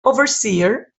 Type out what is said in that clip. overseer